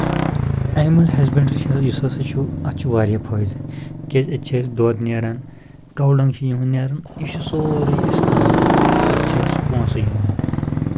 animal husbandry چھِ یُس ہسا چھُ اتھ چھُ واریاہ فٲیدٕ کیازِ اَتہِ چھِ أسۍ دۄد نیران کوڈنٛگ چھِ یِہُنٛد نیران یہِ چھُ سورُے أسۍ کٔنان تہٕ اَتھ چھِ أسۍ پونٛسہٕ یِوان